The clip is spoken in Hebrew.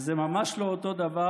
וזה ממש לא אותו דבר,